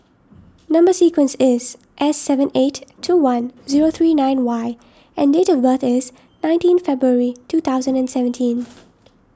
Number Sequence is S seven eight two one zero three nine Y and date of birth is nineteen February two thousand and seventeenth